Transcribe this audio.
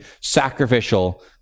sacrificial